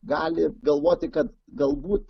gali galvoti kad galbūt